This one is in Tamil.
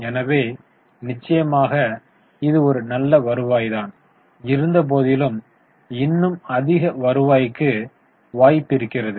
எனவே நிச்சயமாக இது ஒரு நல்ல வருவாய் இருந்த போதிலும் இன்னும் அதிக வருவாய்க்கு வாய்ப்பு இருக்கிறது